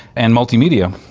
and multimedia.